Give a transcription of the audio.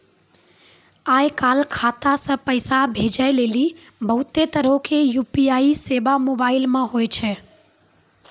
आय काल खाता से पैसा भेजै लेली बहुते तरहो के यू.पी.आई सेबा मोबाइल मे होय छै